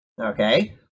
okay